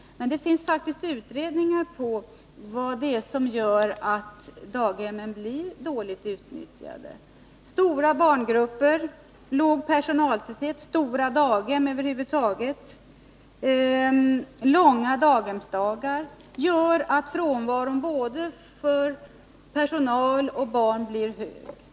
Men det finns faktiskt utredningar som visar vad det är som gör att daghemmen blir dåligt utnyttjade. Stora barngrupper, låg personaltäthet, stora daghem över huvud taget, långa dagar, gör att frånvaron för både personal och barn blir hög.